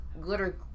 Glitter